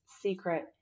secret